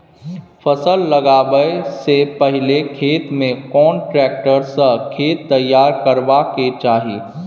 फसल लगाबै स पहिले खेत में कोन ट्रैक्टर स खेत तैयार करबा के चाही?